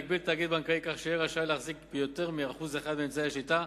להגביל תאגיד בנקאי כך שיהיה רשאי להחזיק יותר מ-1% מאמצעי השליטה,